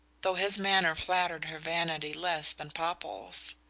though his manner flattered her vanity less than popple's.